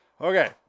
Okay